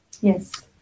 Yes